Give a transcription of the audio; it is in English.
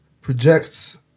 projects